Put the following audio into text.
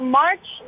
march